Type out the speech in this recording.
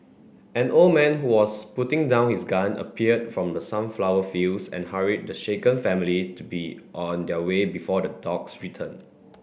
an old man who was putting down his gun appeared from the sunflower fields and hurried the shaken family to be on their way before the dogs return